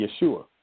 Yeshua